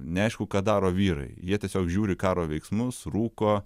neaišku ką daro vyrai jie tiesiog žiūri karo veiksmus rūko